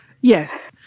Yes